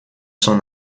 son